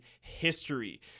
history